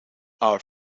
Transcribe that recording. are